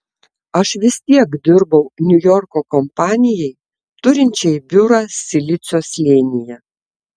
aš vis tiek dirbau niujorko kompanijai turinčiai biurą silicio slėnyje